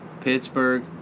Pittsburgh